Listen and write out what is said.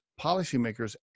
policymakers